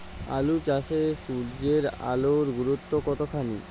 আলু চাষে সূর্যের আলোর গুরুত্ব কতখানি?